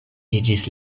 iĝis